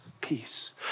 Peace